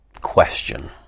question